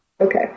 Okay